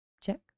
Check